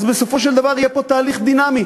אז בסופו של דבר יהיה פה תהליך דינמי.